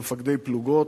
במפקדי פלוגות,